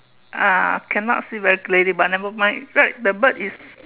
ah cannot see very clearly but never mind right the bird is